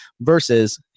Versus